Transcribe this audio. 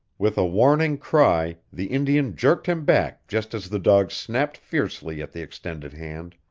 with a warning cry the indian jerked him back just as the dog snapped fiercely at the extended hand.